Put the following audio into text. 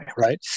right